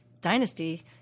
dynasty